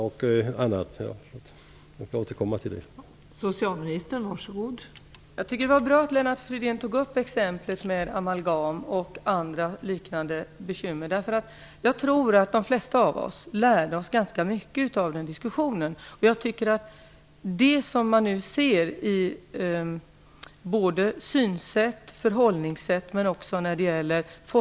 Jag avser att återkomma till detta.